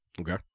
okay